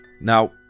Now